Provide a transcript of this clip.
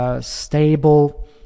Stable